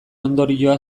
ondorioa